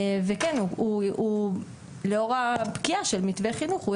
וכן הוא לאור הפקיעה של מתווה חינוך.